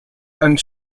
and